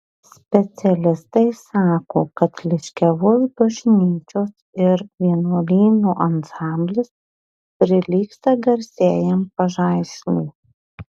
specialistai sako kad liškiavos bažnyčios ir vienuolyno ansamblis prilygsta garsiajam pažaisliui